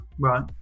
Right